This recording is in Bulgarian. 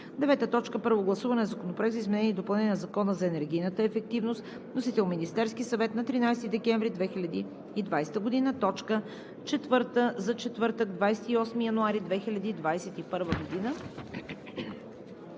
2021 г. 9. Първо гласуване на Законопроекта за изменение и допълнение на Закона за енергийната ефективност. Вносител – Министерският съвет на 30 декември 2020 г. – точка четвърта за четвъртък, 28 януари 2021 г.